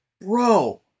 Bro